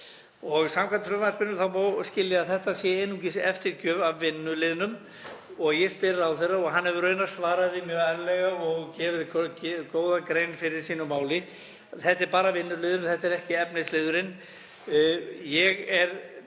Samkvæmt frumvarpinu má skilja að þetta sé einungis eftirgjöf af vinnuliðnum og ég spyr ráðherra og hann hefur raunar svarað því mjög ærlega og hefur gert góða grein fyrir sínu máli að þetta er bara vinnuliðurinn, þetta er ekki efnisliðurinn.